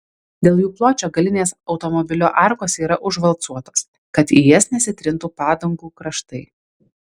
dėl jų pločio galinės automobilio arkos yra užvalcuotos kad į jas nesitrintų padangų kraštai